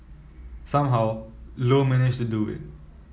somehow Low managed to do it